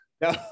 No